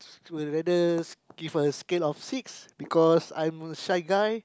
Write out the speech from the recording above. would rather give a scale of six because I'm a shy guy